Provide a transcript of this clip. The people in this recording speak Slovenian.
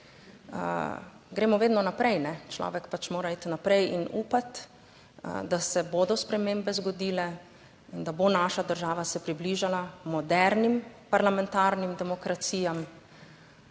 gremo vedno naprej. Človek pač mora iti naprej in upati, da se bodo spremembe zgodile in da bo naša država se približala modernim parlamentarnim demokracijam